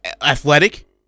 Athletic